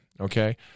Okay